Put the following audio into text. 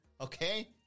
okay